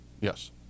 yes